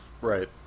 Right